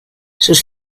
sus